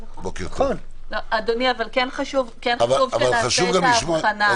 אדוני, כן חשוב שנעשה את ההבחנה.